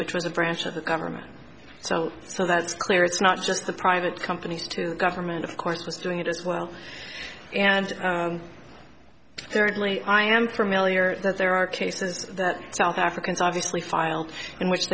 which was a branch of the government so so that's clear it's not just the private companies to government of course was doing it as well and certainly i am familiar that there are cases that south africans obviously filed in which